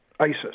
ISIS